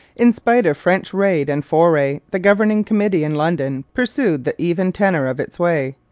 in spite of french raid and foray, the governing committee in london pursued the even tenor of its way.